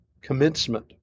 commencement